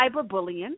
cyberbullying